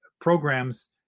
programs